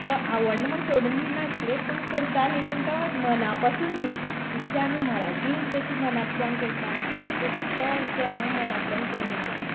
तो आवडना म्हुणून सोडून दिनाशिल्ले पूण करताली पूण तो मना पासून न्ही जितली आमी मराठी जशी मनांतल्यान करता तसो तो विशय हांव मनांतल्यान कर नाशिल्ले